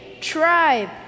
tribe